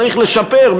צריך לשפר,